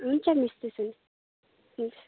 हुन्छ मिस त्यसो भने हुन्छ